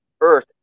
earth